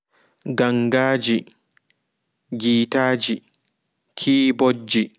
Gangaaji giitaaji keeɓot jii